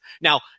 Now